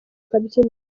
kabyiniro